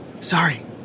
Sorry